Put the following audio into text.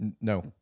No